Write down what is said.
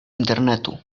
internetu